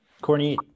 Courtney